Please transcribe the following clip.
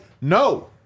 no